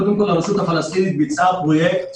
קודם כול הרשות הפלסטינית ביצעה פרויקט